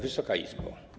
Wysoka Izbo!